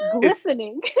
Glistening